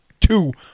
two